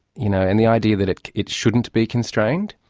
you know, and the idea that it it shouldn't be constrained?